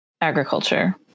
agriculture